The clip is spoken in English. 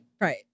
Right